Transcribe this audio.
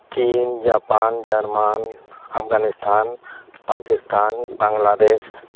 ᱪᱤᱱ ᱡᱟᱯᱟᱱ ᱡᱟᱨᱢᱟᱱ ᱟᱯᱷᱜᱟᱱᱤᱥᱛᱷᱟᱱ ᱯᱟᱠᱤᱥᱛᱷᱟᱱ ᱵᱟᱝᱞᱟᱫᱮᱹᱥ